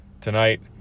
tonight